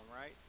right